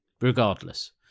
regardless